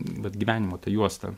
vat gyvenimo ta juosta